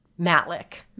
Matlick